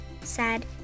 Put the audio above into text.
sad